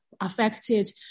affected